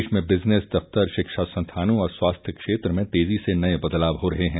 देश में बिजनेस दफ्तर शिक्षा संस्थानों और स्वास्थ्य क्षेत्र में तेजी से नये बदलाव हो रहे हैं